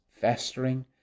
festering